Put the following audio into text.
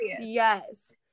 yes